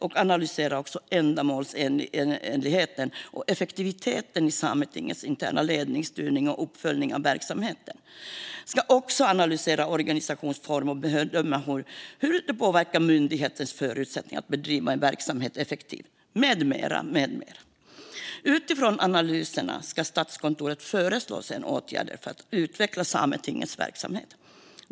Man ska också analysera ändamålsenligheten och effektiviteten i Sametingets interna ledning vad gäller styrning och uppföljning av verksamheten. Statskontoret ska dessutom analysera organisationsform och bedöma hur den påverkar myndighetens förutsättningar att bedriva sin verksamhet effektivt med mera. Utifrån analyserna ska Statskontoret sedan föreslå åtgärder för att utveckla Sametingets verksamhet.